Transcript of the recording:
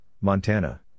Montana